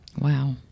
Wow